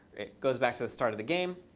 it goes back to the start of the game.